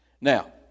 Now